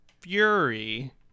Fury